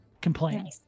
complain